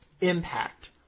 impact